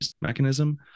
mechanism